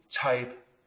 type